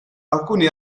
alcuni